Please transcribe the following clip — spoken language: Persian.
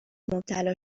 مبتلا